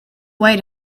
wait